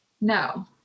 No